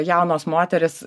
jaunos moterys